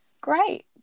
great